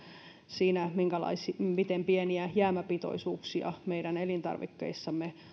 siinä miten pieniä jäämäpitoisuuksia meidän elintarvikkeissamme